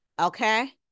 Okay